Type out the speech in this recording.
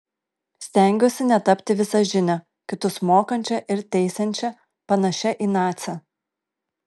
stengiuosi netapti visažine kitus mokančia ir teisiančia panašia į nacę